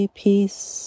peace